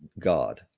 God